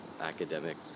academic